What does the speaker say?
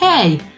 Hey